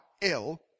ill